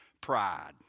pride